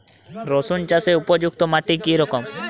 রুসুন চাষের উপযুক্ত মাটি কি রকম?